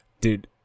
Dude